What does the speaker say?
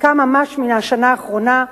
חלקם ממש מהשנה האחרונה,